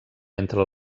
entre